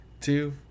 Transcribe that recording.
two